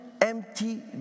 empty